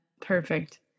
Perfect